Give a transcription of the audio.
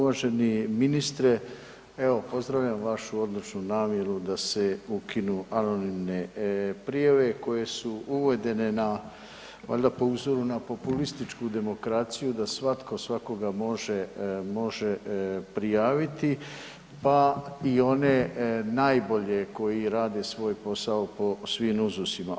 Uvaženi ministre, evo pozdravljam vašu odlučnu namjeru da se ukinu anonimne prijave koje su uvedene na, valjda po uzoru na populističku demokraciju da svatko svakoga može, može prijaviti, pa i one najbolje koji rade svoj posao po svim uzusima.